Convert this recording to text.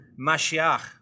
Mashiach